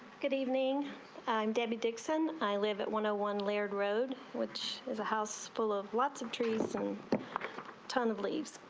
good evening i'm david dixon i live at one oh one layered road which is a house full of lots of trees and ton of leaves.